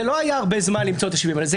זה לא היה הרבה זמן למצוא את ה-70 האלה,